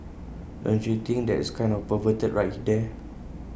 don't you think that is kind of perverted right there